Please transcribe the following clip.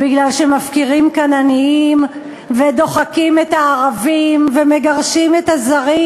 כי מפקירים כאן עניים ודוחקים את הערבים ומגרשים את הזרים,